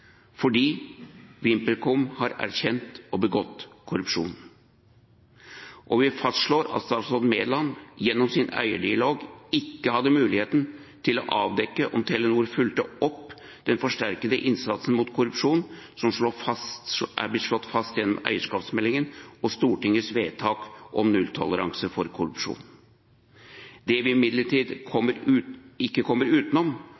fordi de ikke visste og – selv om de spurte – ikke ble fortalt. De hadde gjennom eierdialogen ingen mulighet til å avdekke at Telenor gjennom eierskap i VimpelCom ikke fulgte opp den forsterkede innsatsen mot korrupsjon som slås fast gjennom eierskapsmeldingen og Stortingets vedtak om nulltoleranse for korrupsjon.